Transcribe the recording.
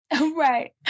Right